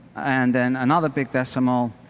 and then another big decimal